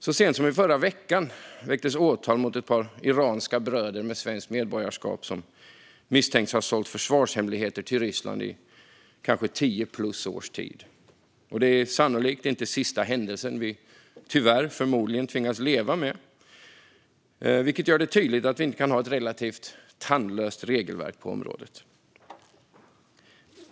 Så sent som i förra veckan väcktes åtal mot ett par iranska bröder med svenskt medborgarskap som misstänks ha sålt försvarshemligheter till Ryssland, kanske i över tio års tid, och det är tyvärr sannolikt inte den sista händelsen vi tvingas leva med. Det gör det tydligt att vi inte kan ha ett relativt tandlöst regelverk på området.